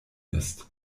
ist